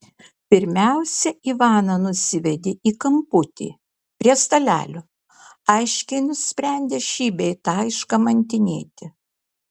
pirmiausia ivaną nusivedė į kamputį prie stalelio aiškiai nusprendę šį bei tą iškamantinėti